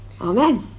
Amen